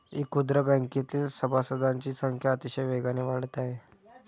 इखुदरा बँकेतील सभासदांची संख्या अतिशय वेगाने वाढत आहे